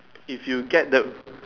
if you get the